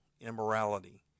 immorality